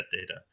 data